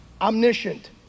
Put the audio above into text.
Omniscient